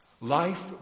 Life